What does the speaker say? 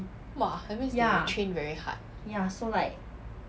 !wah! that means they train very hard